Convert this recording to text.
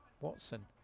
Watson